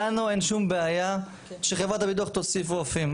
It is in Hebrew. לנו אין שום בעיה שחברת הביטוח תוסיף רופאים.